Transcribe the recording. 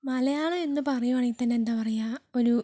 മലയാളമെന്ന് പറയുവാണെങ്കിൽ തന്നെ എന്താണ് പറയുക ഒരു